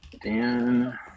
Dan